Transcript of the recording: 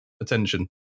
attention